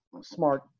smart